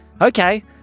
Okay